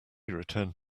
returned